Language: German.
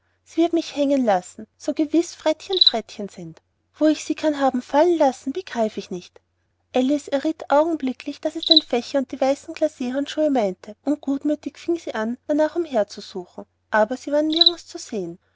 sie wird mich hängen lassen so gewiß frettchen frettchen sind wo ich sie kann haben fallen lassen begreife ich nicht alice errieth augenblicklich daß es den fächer und die weißen glaceehandschuhe meinte und gutmüthig genug fing sie an danach umher zu suchen aber sie waren nirgends zu sehen